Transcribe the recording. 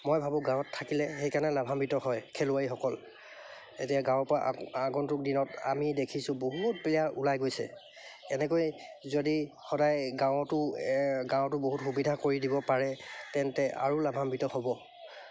মই ভাবোঁ গাঁৱত থাকিলে সেইকাৰণে লাভাম্বিত হয় খেলুৱৈসকল এতিয়া গাঁৱৰ পৰা আগন্তুক দিনত আমি দেখিছোঁ বহুত প্লেয়াৰ ওলাই গৈছে এনেকৈ যদি সদায় গাঁৱতো গাঁৱতো বহুত সুবিধা কৰি দিব পাৰে তেন্তে আৰু লাভাম্বিত হ'ব